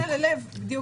זה הלב, בדיוק.